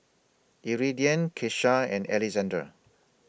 Iridian Kesha and Alexandr